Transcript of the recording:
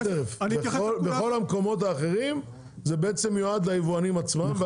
בכל המקומות האחרים זה בעצם מיועד ליבואנים עצמם,